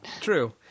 True